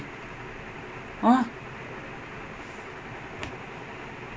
ya he's damn old already like he's suppose to be the next big thing then never do anything